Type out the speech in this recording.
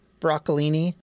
broccolini